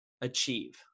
achieve